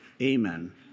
Amen